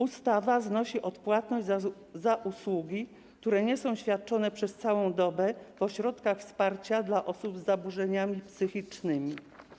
Ustawa znosi odpłatność za usługi, które nie są świadczone przez całą dobę w ośrodkach wsparcia dla osób z zaburzeniami psychicznymi.